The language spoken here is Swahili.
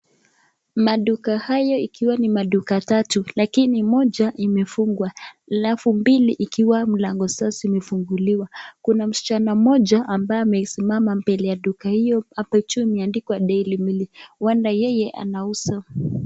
Maduka hayo ikiwa ni maduka tatu, lakini moja imefungwa alafu mbili ikiwa mlango zao zimefunguliwa. Kuna msichana mmoja ambaye ameisimama mbele ya duka hiyo, hapo juu imeandikwa Dairy meal, uenda yeye anauza.